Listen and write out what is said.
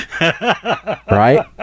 right